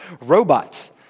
robots